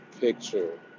picture